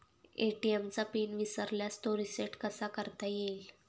ATM चा pin विसरल्यास तो रिसेट कसा करता येईल?